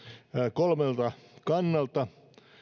kolmelta kannalta